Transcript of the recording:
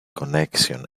connection